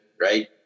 Right